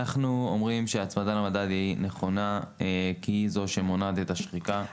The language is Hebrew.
אנחנו אומרים שההצמדה למדד היא נכונה משום שהיא זאת שמונעת את השחיקה.